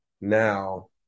now